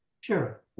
Sure